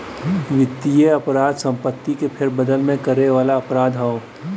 वित्तीय अपराध संपत्ति में फेरबदल करे वाला अपराध हौ